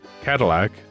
Cadillac